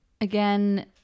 Again